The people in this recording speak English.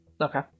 Okay